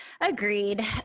Agreed